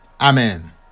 Amen